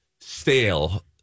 stale